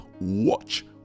watch